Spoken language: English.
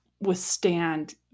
withstand